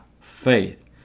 faith